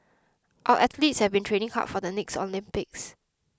our athletes have been training hard for the next Olympics